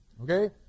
Okay